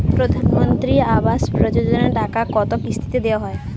প্রধানমন্ত্রী আবাস যোজনার টাকা কয় কিস্তিতে দেওয়া হয়?